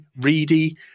reedy